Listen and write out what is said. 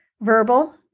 verbal